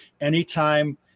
Anytime